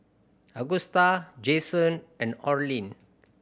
Agusta Jayson and Orlin